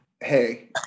Hey